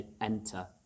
enter